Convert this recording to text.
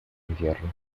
invierno